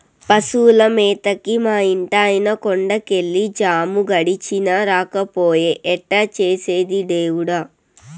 పశువుల మేతకి మా ఇంటాయన కొండ కెళ్ళి జాము గడిచినా రాకపాయె ఎట్టా చేసేది దేవుడా